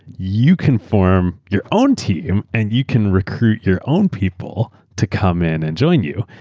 you can form your own team and you can recruit your own people to come in and join you.